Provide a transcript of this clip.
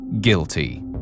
Guilty